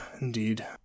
indeed